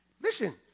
Listen